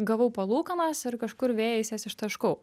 gavau palūkanas ir kažkur vėjais jas ištaškau